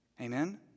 Amen